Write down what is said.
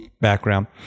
background